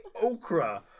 okra